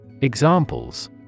Examples